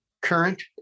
current